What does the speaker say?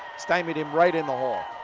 stymied him right in the hole.